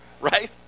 Right